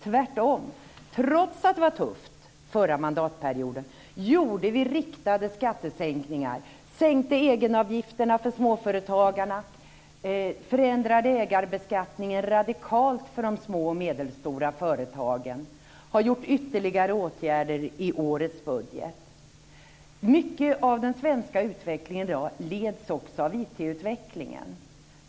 Tvärtom - trots att det var tufft förra mandatperioden genomförde vi riktade skattesänkningar, sänkte egenavgifterna för småföretagarna, förändrade ägarbeskattningen radikalt för de små och medelstora företagen. Vi har vidtagit ytterligare åtgärder i årets budget. Mycket av den svenska utvecklingen i dag leds av IT-utvecklingen.